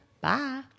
Bye